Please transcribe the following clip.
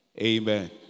Amen